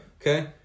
Okay